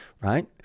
right